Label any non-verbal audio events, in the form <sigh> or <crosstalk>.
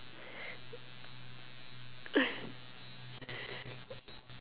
<laughs>